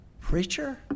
Preacher